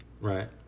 Right